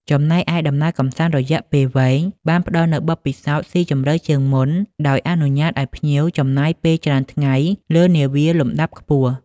ចំណែកឯ ដំណើរកម្សាន្តរយៈពេលវែង បានផ្តល់នូវបទពិសោធន៍ស៊ីជម្រៅជាងមុន ដោយអនុញ្ញាតឲ្យភ្ញៀវចំណាយពេលច្រើនថ្ងៃលើនាវាលំដាប់ខ្ពស់។